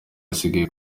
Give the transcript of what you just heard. yasigaye